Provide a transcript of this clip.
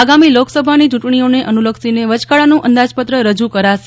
આગામી લોકસભાની ચૂંટણીઓને અનુલક્ષીને વચગાળાનું અંદાજપત્ર રજૂ કરાશે